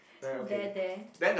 there there